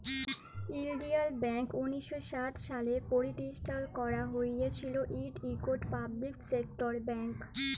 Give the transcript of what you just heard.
ইলডিয়াল ব্যাংক উনিশ শ সাত সালে পরতিষ্ঠাল ক্যারা হঁইয়েছিল, ইট ইকট পাবলিক সেক্টর ব্যাংক